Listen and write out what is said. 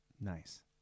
Nice